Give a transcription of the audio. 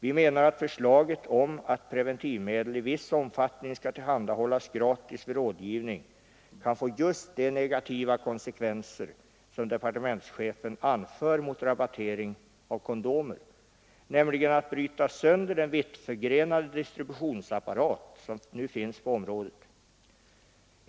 Vi menar att förslaget att preventivmedel i viss omfattning skall tillhandahållas gratis vid rådgivning kan få just de negativa konsekvenser som departementschefen anför mot rabattering av kondomer, nämligen att bryta sönder den vitt förgrenade distributionsapparat som nu finns på området.